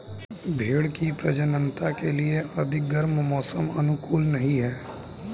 भेंड़ की प्रजननता के लिए अधिक गर्म मौसम अनुकूल नहीं है